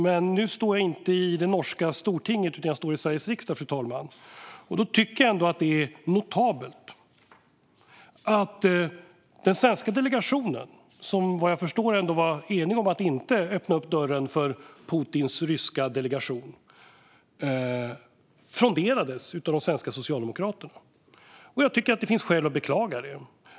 Men nu står jag inte i det norska stortinget utan i Sveriges riksdag, fru talman. Det är notabelt att den svenska delegationen, som vad jag förstår var enig om att inte öppna dörren för Putins ryska delegation, fronderades av de svenska socialdemokraterna. Det finns skäl att beklaga det.